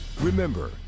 remember